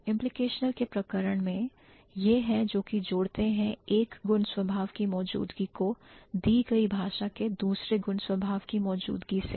Implicational के प्रकरण में यह है जो कि जोड़ते हैं एक गुणस्वभाव की मौजूदगी को दी गई भाषा के दूसरे गुणस्वभाव की मौजूदगी से